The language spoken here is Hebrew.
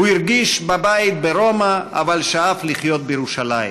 הוא הרגיש בבית ברומא, אבל שאף לחיות בירושלים,